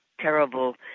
terrible